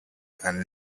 and